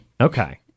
Okay